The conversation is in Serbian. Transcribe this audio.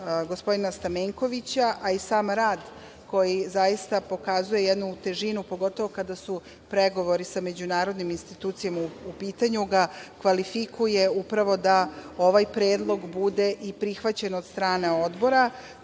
gospodina Stamenkovića, a i sam rad, koji zaista pokazuje jednu težinu, pogotovo kada su pregovori sa međunarodnim institucijama u pitanju, ga kvalifikuje upravo da ovaj predlog bude i prihvaćen od strane Odbora,